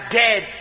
dead